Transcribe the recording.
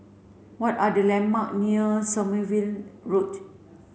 what are the landmark near Sommerville Road